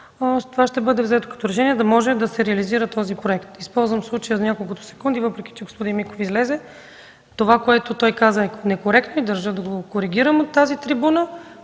година, ще бъде взето решение, за да може да се реализира този проект. Използвам случая да кажа в няколкото секунди, които остават, въпреки че господин Миков излезе – това, което той каза, е некоректно. Държа да го коригирам от тази трибуна.